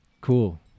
Cool